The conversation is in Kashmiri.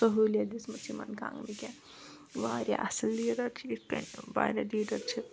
سہوٗلِیَت دِژمَژٕ یِمن کَنگنہٕ کٮ۪ن واریاہ اصل لیٖڈر چھُ اِتھِ کٔنۍ واریاہ لیٖڈر چھِ